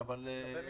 אבל אם